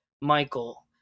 Michael